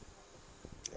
ya